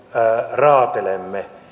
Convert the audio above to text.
raatelemme